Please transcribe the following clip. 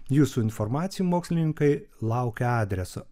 jūsų informacijų mokslininkai laukia adresu